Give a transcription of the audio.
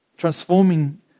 transforming